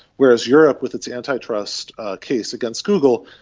whereas europe, with its anti-trust case against google,